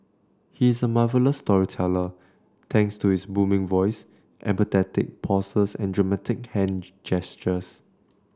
he is a marvellous storyteller thanks to his booming voice emphatic pauses and dramatic hand gestures